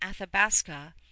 Athabasca